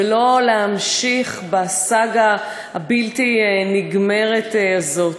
ולא להמשיך בסאגה הבלתי-נגמרת הזאת.